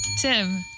Tim